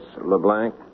LeBlanc